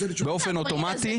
באופן אוטומטי,